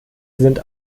sind